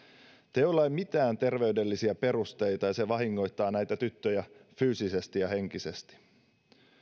teolla ei ole mitään terveydellisiä perusteita ja se vahingoittaa näitä tyttöjä fyysisesti ja henkisesti